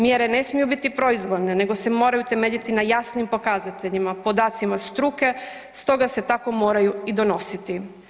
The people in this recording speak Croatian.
Mjere ne smiju biti proizvoljne nego se moraju temeljiti na jasnim pokazateljima, podacima struke, stoga se tako moraju i donositi.